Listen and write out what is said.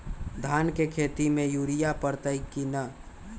धान के खेती में यूरिया परतइ कि न?